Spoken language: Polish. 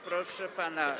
Proszę pana.